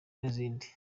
n’izindi